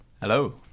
Hello